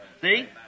See